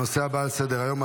הנושא הבא על סדר-היום,